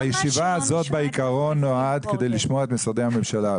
הישיבה הזאת בעיקרון נועדה לשמוע את משרדי ממשלה.